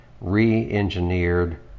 re-engineered